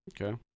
Okay